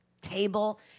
table